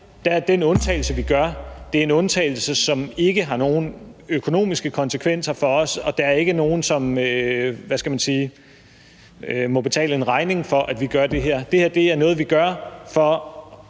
Men den undtagelse, vi gør her, er en undtagelse, som ikke har nogen økonomiske konsekvenser for os, og der er ikke nogen, som, hvad skal man sige, må betale en regning for, at vi gør det her. Det her er noget, vi gør for